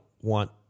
want –